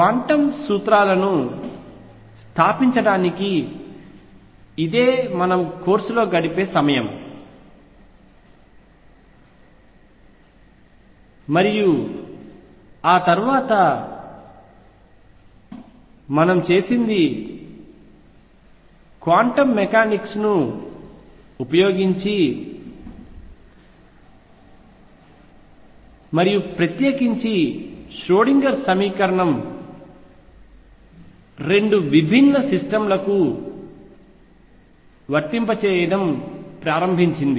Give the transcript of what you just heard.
quantum సూత్రాలను స్థాపించడానికి ఇదే మనం కోర్సులో గడిపే సమయం మరియు ఆ తర్వాత మనము చేసినది క్వాంటం మెకానిక్స్ ను మరియు ప్రత్యేకించి ష్రోడింగర్ సమీకరణం 2 విభిన్న సిస్టమ్లకు వర్తింపజేయడం ప్రారంభించింది